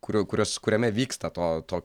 kurių kuriuos kuriame vyksta to to